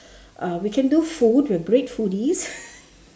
uh we can do food we are great foodies